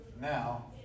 Now